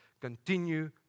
Continue